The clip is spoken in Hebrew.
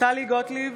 טלי גוטליב,